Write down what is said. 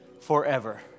forever